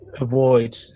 avoid